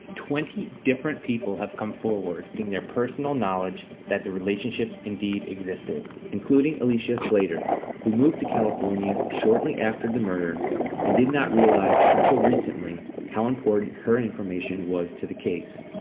twenty different people have come forward giving their personal knowledge that the relationship indeed existed including alicia slater who moved to california shortly after the murder and did not realize until recently how important her information was to the case.